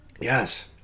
yes